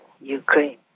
Ukraine